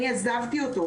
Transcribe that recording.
אני עזבתי אותו,